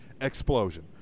Explosion